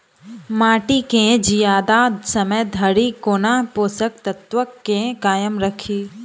माटि केँ जियादा समय धरि कोना पोसक तत्वक केँ कायम राखि?